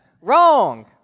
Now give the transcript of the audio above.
Wrong